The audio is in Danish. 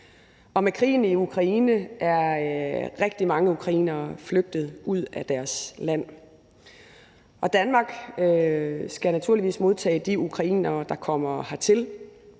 og med krigen i Ukraine er rigtig mange ukrainere flygtet ud af deres land. Danmark skal naturligvis modtage de ukrainere, der kommer hertil,